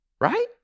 Right